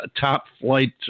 top-flight